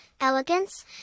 elegance